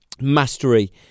Mastery